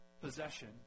possession